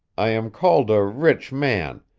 i am called a rich man,